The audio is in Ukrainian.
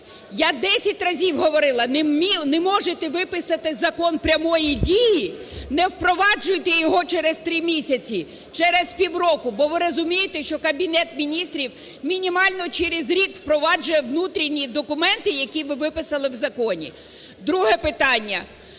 разів говорила, не можете виписати закон прямої дії, не впроваджуйте його через три місяці, через півроку, бо ви розумієте, що Кабінет Міністрів мінімально через рік впроваджує внутрішні документи, які ви виписали в законі. Друге питання.